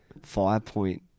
Firepoint